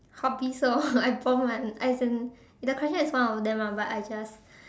hobbies lor I bomb [one] as in the question is one of them ah but I just